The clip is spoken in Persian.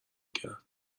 کرد